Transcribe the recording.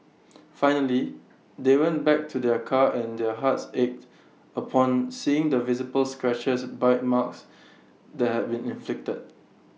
finally they went back to their car and their hearts ached upon seeing the visible scratches bite marks that had been inflicted